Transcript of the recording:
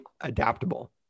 adaptable